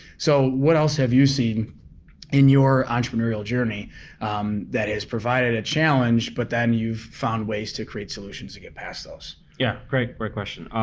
so what else have you seen in your entrepreneurial journey that has provided a challenge, but then you've found ways to create solutions to get past those? yeah, great great question.